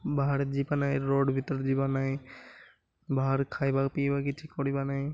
ବାହାରେ ଯିବା ନାଇଁ ରୋଡ଼୍ ଭିତରେ ଯିବା ନାଇଁ ବାହାରେ ଖାଇବା ପିଇବା କିଛି କରିବା ନାଇଁ